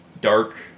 dark